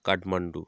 Kathmandu